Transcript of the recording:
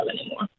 anymore